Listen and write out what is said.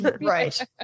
Right